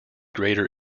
greater